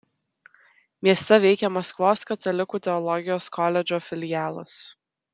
mieste veikia maskvos katalikų teologijos koledžo filialas